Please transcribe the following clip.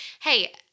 hey